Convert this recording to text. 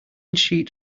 sheet